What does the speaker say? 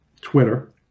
Twitter